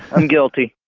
i'm guilty